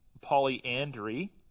polyandry